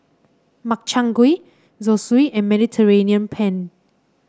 Makchang Gui Zosui and Mediterranean Penne